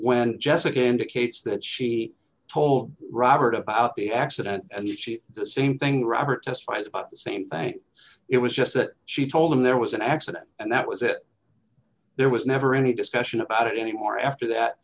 when jessica indicates that she told robert about the accident and the same thing robert testifies about the same thing it was just that she told them there was an accident and that was it there was never any discussion about it any more after that